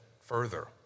further